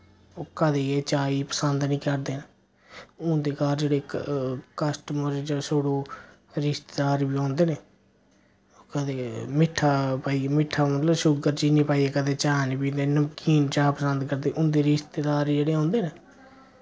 ओह् कदें एह् चाही पसंद नि करदे न उंदे घर जेह्ड़े क कस्टमर जां छोड़ो रिश्तेदार बी औंदे ने ओह् कदे मिट्ठा पाइयै मिट्ठा मतलब शुगर चीनी पाइयै कदे चा नि पींदे नमकीन चा पसंद करदे उंदे रिश्तेदार जेह्ड़े औंदे न